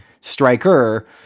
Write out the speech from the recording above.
striker